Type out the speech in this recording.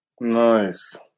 Nice